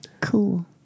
Cool